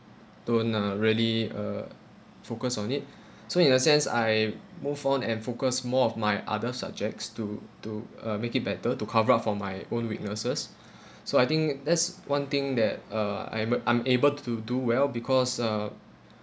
don't ah really uh focus on it so in a sense I move on and focus more of my other subjects to to uh make it better to cover up for my own weaknesses so I think that's one thing that uh I'm a I'm able to do well because uh